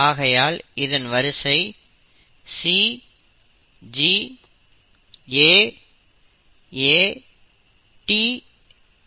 ஆகையால் இதன் வரிசை C G A A T T